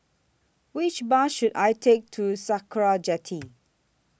Which Bus should I Take to Sakra Jetty